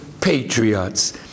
patriots